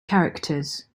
characters